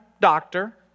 doctor